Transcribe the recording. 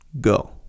go